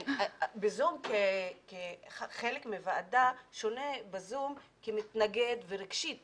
ב"זום" כחלק מוועדה שונה מאשר ב"זום" כמתנגד ומישהו שרגשית